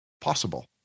possible